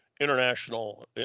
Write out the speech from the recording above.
international